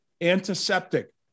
antiseptic